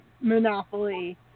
Monopoly